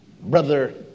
Brother